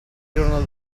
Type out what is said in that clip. giorno